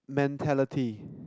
mentality